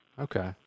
Okay